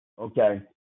Okay